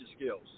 skills